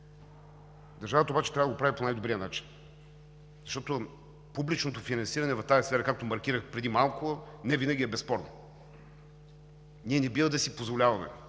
Държавата обаче трябва да го прави по най-добрия начин, защото публичното финансиране в тази сфера, както маркирах преди малко, невинаги е безспорно. Ние не бива да си позволяваме